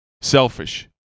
selfish